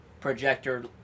projector